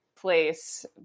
place